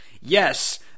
Yes